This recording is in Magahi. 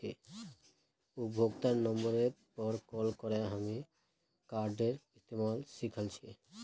उपभोक्तार नंबरेर पर कॉल करे हामी कार्डेर इस्तमाल सिखल छि